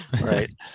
Right